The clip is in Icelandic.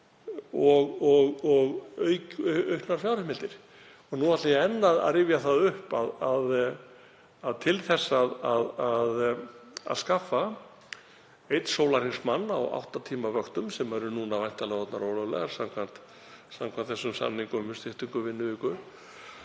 og auknar fjárheimildir? Og nú ætla ég enn að rifja það upp að til þess að skaffa einn sólarhringsmann á átta tíma vöktum, sem eru núna væntanlega orðnar ólöglegar samkvæmt þessum samningum um styttingu vinnuviku,